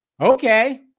Okay